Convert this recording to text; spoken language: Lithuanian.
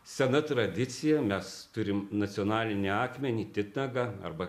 sena tradicija mes turim nacionalinį akmenį titnagą arba